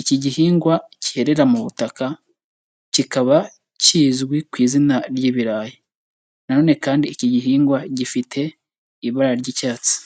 iki gihingwa cyerera mu butaka kikaba kizwi ku izina ry'ibirayi. Nanone kandi iki gihingwa gifite ibara ry'icyatsi.